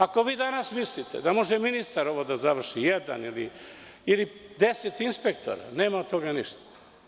Ako vi danas mislite da može ministar ovo da završi, jedan ili deset inspektora, nema od toga ništa.